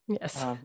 Yes